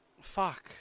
fuck